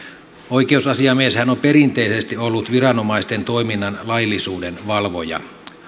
oikeusasiamieshän on perinteisesti ollut viranomaisten toiminnan laillisuuden valvoja